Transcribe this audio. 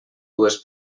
dues